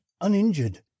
uninjured